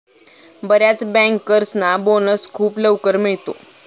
बर्याच बँकर्सना बोनस खूप लवकर मिळतो